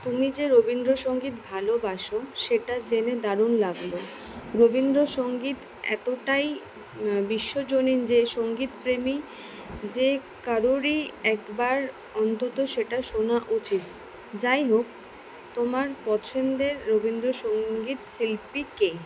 তুমি যে রবীন্দ্র সঙ্গীত ভালোবাসো সেটা জেনে দারুণ লাগলো রবীন্দ্র সঙ্গীত এতোটাই বিশ্বজনীন যে সঙ্গীতপ্রেমী যে কারুরই একবার অন্তত সেটা শোনা উচিত যাই হোক তোমার পছন্দের রবীন্দ্র সঙ্গীত শিল্পী কে